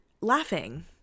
laughing